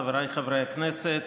חבריי חברי הכנסת,